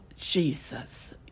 Jesus